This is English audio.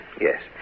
Yes